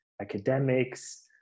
academics